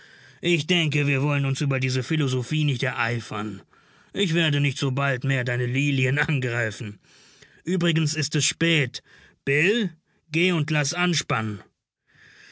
ich denke wir wollen uns über diese philosophie nicht ereifern ich werde nicht sobald mehr deine lilien angreifen übrigens ist es spät bill geh und laß anspannen